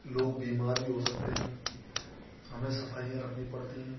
लोग बीमार भी हो सकते हैं हमें सफाइयाँ रखनी पड़ती है